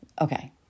Okay